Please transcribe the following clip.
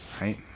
right